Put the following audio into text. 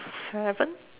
seven